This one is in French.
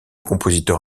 compositeur